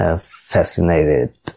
fascinated